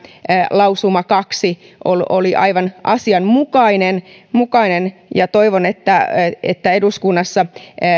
lausuma kaksi oli aivan asianmukainen ja toivon että että eduskunnassa